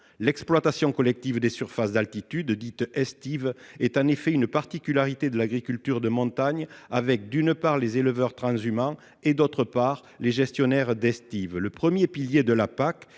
L'exploitation collective des surfaces d'altitude, dites « d'estive », est en effet une particularité de l'agriculture de montagne. Elle fait intervenir, d'une part, les éleveurs transhumants et, d'autre part, les gestionnaires d'estive. Le premier pilier de la PAC